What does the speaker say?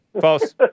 False